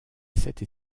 cette